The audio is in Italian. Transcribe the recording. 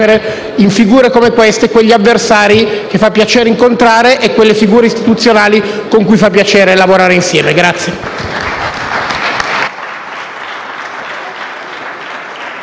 in figure come quella di Albertoni quegli avversari che fa piacere incontrare e quelle figure istituzionali con cui fa piacere lavorare insieme. Grazie.